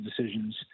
decisions